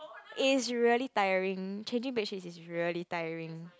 is really tiring changing bed sheet is really tiring